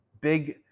big